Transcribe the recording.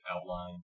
outline